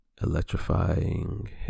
electrifying